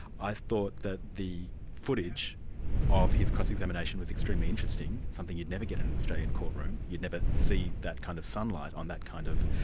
i thought that the footage of his cross-examination was extremely interesting, something you'd never get in an australian courtroom you'd never see that kind of sunlight on that kind of